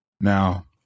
Now